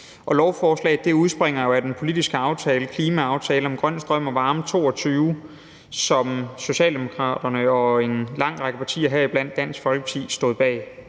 lovforslaget udspringer jo af den politiske aftale »Klimaaftale om grøn strøm og varme 2022«, som Socialdemokratiet og en lang række partier – heriblandt Dansk Folkeparti – stod bag.